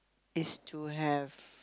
is to have